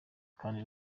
kandi